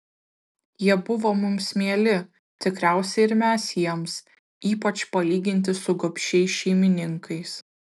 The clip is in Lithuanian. jie buvo mums mieli tikriausiai ir mes jiems ypač palyginti su gobšiais šeimininkais